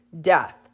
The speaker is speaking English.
death